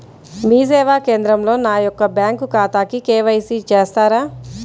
మీ సేవా కేంద్రంలో నా యొక్క బ్యాంకు ఖాతాకి కే.వై.సి చేస్తారా?